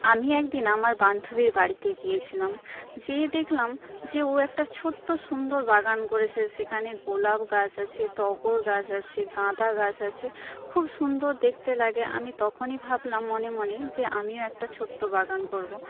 আমি একদিন আমার বান্ধবীর বাড়িতে গিয়েছিলাম যেয়ে দেখলাম যে ও একটা ছোট্ট সুন্দর বাগান করেছে সেখানে গোলাপ গাছ আছে টগর গাছ আছে গাঁদা গাছ আছে খুব সুন্দর দেখতে লাগে আমি তখনই ভাবলাম মনে মনে যে আমিও একটা ছোট্ট বাগান করবো